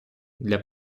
для